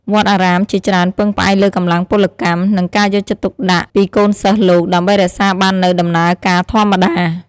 វត្តអារាមជាច្រើនពឹងផ្អែកលើកម្លាំងពលកម្ម និងការយកចិត្តទុកដាក់ពីកូនសិស្សលោក ដើម្បីរក្សាបាននូវដំណើរការធម្មតា។